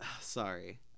sorry